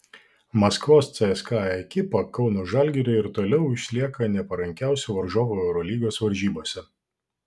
maskvos cska ekipa kauno žalgiriui ir toliau išlieka neparankiausiu varžovu eurolygos varžybose